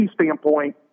standpoint